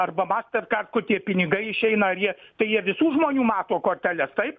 arba mastercard kur tie pinigai išeina ar jie tai jie visų žmonių mato korteles taip